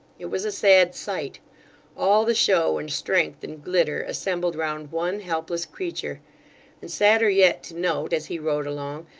it was a sad sight all the show, and strength, and glitter, assembled round one helpless creature and sadder yet to note, as he rode along,